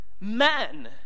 men